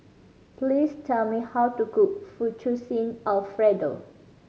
please tell me how to cook Fettuccine Alfredo